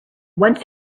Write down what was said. once